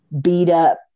beat-up